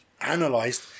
Analyzed